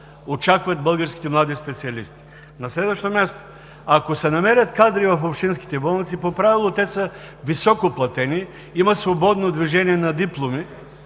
очакват българските млади специалисти. На следващо място, ако се намерят кадри в общинските болници, по правило те са високоплатени, има свободно движение на дипломи